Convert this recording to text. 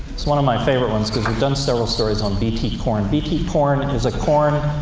it's one of my favorite ones, because we've done several stories on bt corn. bt corn and is like a corn